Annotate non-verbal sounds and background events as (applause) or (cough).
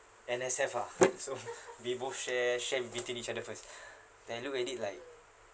N_S_F ah so (noise) we both share share in between each other first (breath) then look at it like